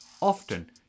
Often